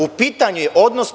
U pitanju je odnos…